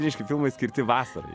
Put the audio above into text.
ryškiai filmai skirti vasarai